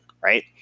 right